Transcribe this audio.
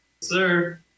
sir